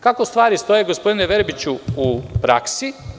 Kako stvari stoje, gospodine Verbiću, u praksi?